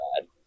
bad